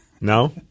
No